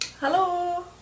Hello